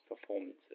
performances